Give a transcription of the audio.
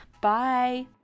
Bye